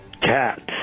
cats